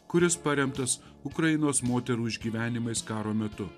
kuris paremtas ukrainos moterų išgyvenimais karo metu